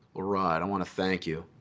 ah right, i want to thank you.